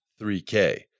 3K